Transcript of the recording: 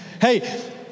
Hey